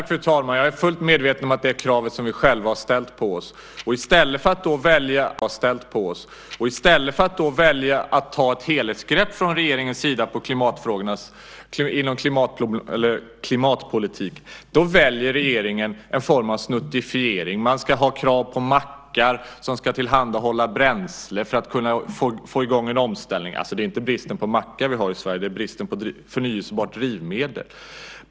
Fru talman! Jag är fullt medveten om att det är vi själva som har ställt det kravet på oss. Men i stället för att från regeringens sida välja att ta ett helhetsgrepp inom klimatpolitiken väljer regeringen en form av snuttifiering. Man ska ha krav på mackar som ska tillhandahålla bränsle för att kunna få i gång en omställning. Men det är inte brist på mackar vi har i Sverige, utan det handlar om bristen på förnybara drivmedel.